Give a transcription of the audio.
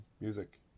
music